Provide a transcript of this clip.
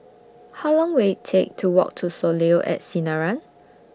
How Long Will IT Take to Walk to Soleil At Sinaran